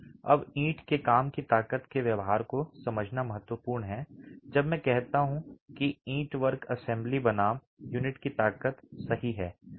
अब ईंट के काम की ताकत के व्यवहार को समझना महत्वपूर्ण है जब मैं कहता हूं कि ईंटवर्क असेंबली बनाम यूनिट की ताकत सही है